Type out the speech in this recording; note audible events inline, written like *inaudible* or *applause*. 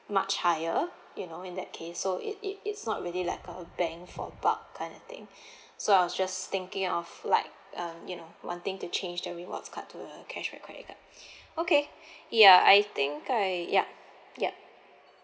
much higher you know in that case so it it it's not really like a bank for bulk kind of thing *breath* so I was just thinking of like um you know wanting to change the rewards card to a cashback credit card *breath* okay ya I think I yup yup